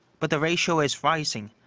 but the ratio is rising,